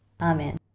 Amen